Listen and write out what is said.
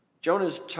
Jonah's